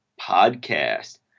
podcast